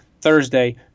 thursday